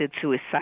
suicide